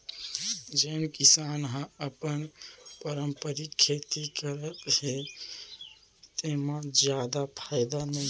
जेन किसान ह अपन पारंपरिक खेती करत हे तेमा जादा फायदा नइ हे